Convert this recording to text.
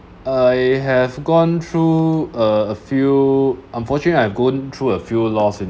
I have gone through a few unfortunate I've gone through a few loss in